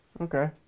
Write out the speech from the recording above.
Okay